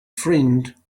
friend